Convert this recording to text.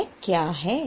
वह क्या है